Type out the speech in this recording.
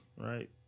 right